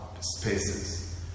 spaces